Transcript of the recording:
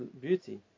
beauty